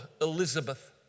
Elizabeth